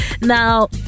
Now